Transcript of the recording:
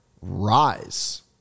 rise